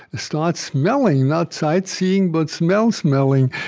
start smelling not sightseeing, but smell-smelling,